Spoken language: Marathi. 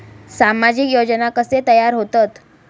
सामाजिक योजना कसे तयार होतत?